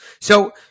So-